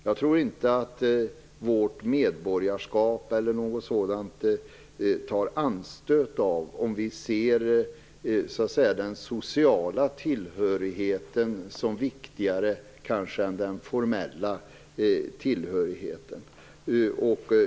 Jag tror inte att vårt medborgarskap tar anstöt av att vi ser den sociala tillhörigheten som kanske viktigare än den formella tillhörigheten.